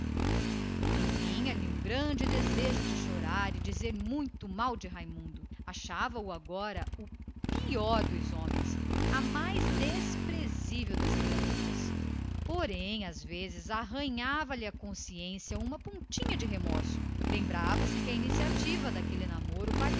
e vinha-lhe um grande desejo de chorar e proferir muito mal contra raimundo agora achava que ele era o pior dos homens a mais desprezível das criaturas às vezes porém arranhava lhe a consciência uma pontinha de remorso lembrava-se de que a iniciativa daquele namoro